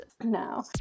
No